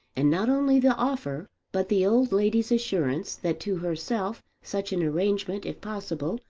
and not only the offer, but the old lady's assurance that to herself such an arrangement, if possible,